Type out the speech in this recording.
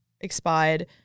expired